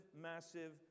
massive